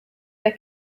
der